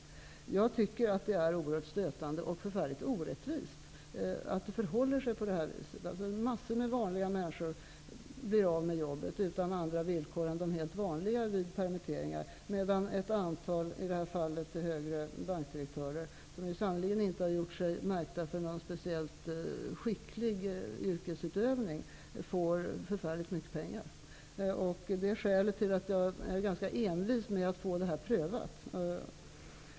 Jag tycker att det är oerhört stötande och förfärligt orättvist att det förhåller sig på det här viset. Många vanliga människor blir av med jobbet utan andra villkor än de helt vanliga vid permitteringar, medan ett antal högre bankdirektörer i det här fallet, som sannerligen inte har utmärkt sig för någon speciellt skicklig yrkesutövning, får förfärligt mycket pengar. Det är skälet till att jag är ganska envis med att få det här prövat.